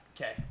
okay